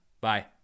Bye